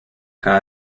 cada